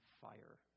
fire